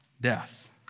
death